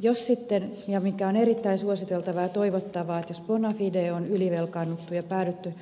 jos sitten bona fide on erittäin suositeltavaa toivottavasti se ponnahti idea ylivelkaannuttu ja päädytty